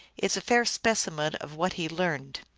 is a fair specimen of what he learned.